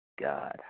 God